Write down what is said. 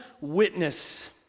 witness